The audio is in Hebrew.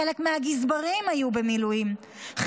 חלק מהגזברים היו במילואים,